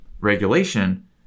regulation